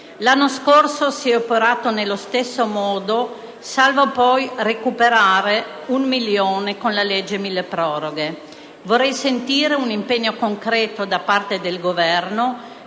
L'anno scorso si è operato nello stesso modo, salvo poi recuperare 1 milione di euro con la cosiddetta legge milleproroghe. Vorrei sentire un impegno concreto da parte del Governo,